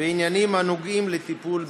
בעניינים הנוגעים לטיפול בקטין.